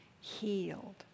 healed